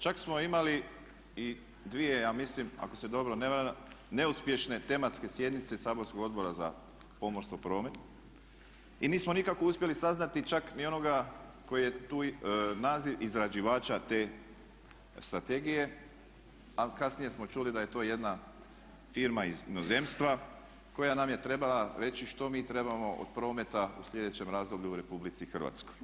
Čak smo imali i dvije ja mislim ako se dobro ne varam neuspješne tematske sjednice saborskog Odbora za pomorstvo, promet i nismo nikako uspjeli saznati čak ni onoga koji je tu naziv izrađivača te strategije a kasnije smo čuli da je to jedna firma iz inozemstva koja nam je trebala reći što mi trebamo od prometa u sljedećem razdoblju u Republici Hrvatskoj.